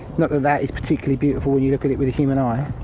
not that that is particularly beautiful when you look at it with the human eye,